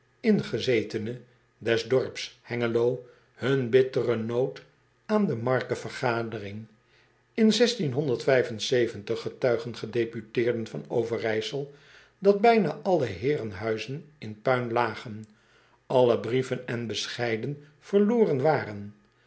ingesetene des dorps engeloe hun bitteren nood aan de markevergadering in getuigen gedeputeerden van verijsel dat bijna alle heerenhuizen in puin lagen alle brieven en bescheiden verloren waren